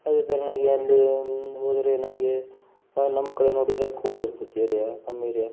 ಅದೇ ಥರವಾಗಿ ಅಲ್ಲಿ ಒಂದು ಹೋದರೆ ನಮಗೆ ನಮ್ಮ ಕಡೆ ನೋಡಿದರೆ ಕೋಲ್ಡ್ ಇರ್ತದೆ ಏರಿಯಾ ನಮ್ಮ ಏರಿಯಾ